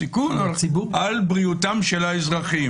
הסיכון על בריאותם של האזרחים.